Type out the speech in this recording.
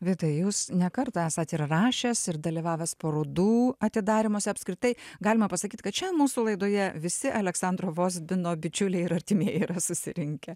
vidai jūs ne kartą esat ir rašęs ir dalyvavęs parodų atidarymuose apskritai galima pasakyt kad šiandien mūsų laidoje visi aleksandro vozbino bičiuliai ir artimieji yra susirinkę